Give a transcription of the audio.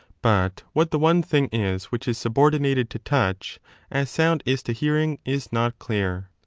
but what the one thing is which is subordinated to touch as sound is to hearing is not clear.